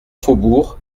faubourg